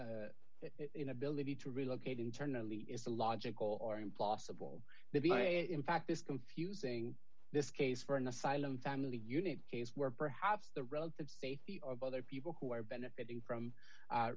inability to relocate internally is a logical or impossible in fact is confusing this case for an asylum family unit case where perhaps the relative safety of other people who are benefiting from